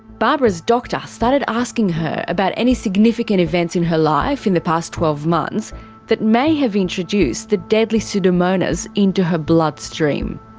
barbara's doctor started asking her about any significant events in her life in the past twelve months that may have introduced the deadly pseudomonas into her bloodstream.